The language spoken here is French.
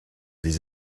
des